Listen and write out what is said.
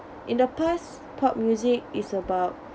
in the past pop music is about